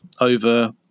over